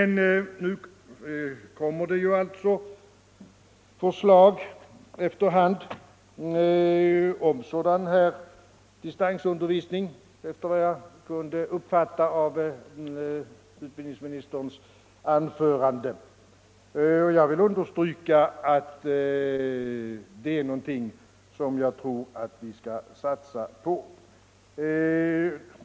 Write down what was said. Nu kommer det efter hand att läggas fram förslag om sådan här distansundervisning, efter vad jag kunde uppfatta av utbildningsministerns anförande, och jag vill understryka att det är någonting som jag tror att vi skall satsa på.